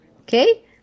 Okay